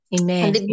Amen